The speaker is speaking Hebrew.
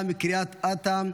מקריית אתא,